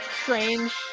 strange